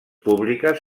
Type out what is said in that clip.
públiques